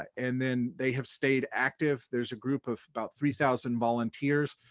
and then they have stayed active, there's a group of about three thousand volunteers,